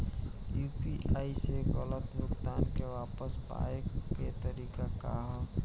UPI से गलत भुगतान के वापस पाये के तरीका का ह?